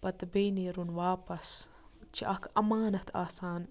پَتہٕ بیٚیہِ نیرُن واپَس چھ اکھ اَمانَتھ آسان